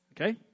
Okay